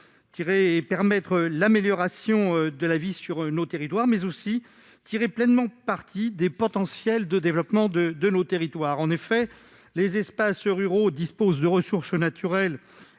de permettre l'amélioration de la vie dans nos territoires, mais aussi de tirer pleinement parti de leur potentiel de développement. En effet, les espaces ruraux disposent de ressources naturelles-